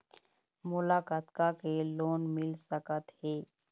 मोला कतका के लोन मिल सकत हे?